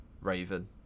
Raven